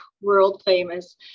world-famous